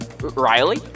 Riley